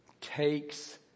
takes